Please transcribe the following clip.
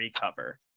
cover